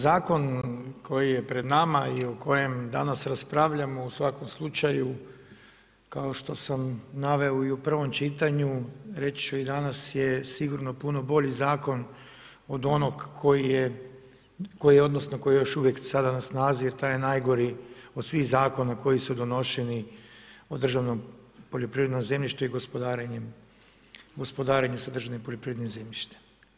Zakon koji je pred nama i o kojem danas raspravljamo u svakom slučaju, kao što sam naveo u prvom čitanju, reći ču i danas, je sigurno puno bolji zakon, od onog koji je, odnosno, koji je još uvijek sada na snazi, a taj je najgori, od svih zakona koji su donošeni o državnom poljoprivrednom zemljištu i gospodarenju sa državnim poljoprivrednim zemljištem.